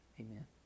Amen